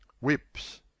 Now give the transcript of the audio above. whips